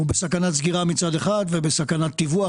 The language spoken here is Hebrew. הוא בסכנת סגירה מצד אחד ובסכנת טיווח,